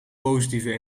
positieve